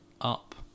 up